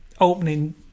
opening